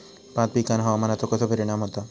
भात पिकांर हवामानाचो कसो परिणाम होता?